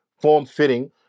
form-fitting